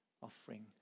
offering